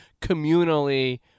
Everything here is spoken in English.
communally